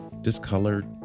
Discolored